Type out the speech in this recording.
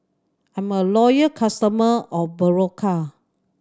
I'm a loyal customer of Berocca